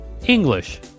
English